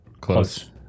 Close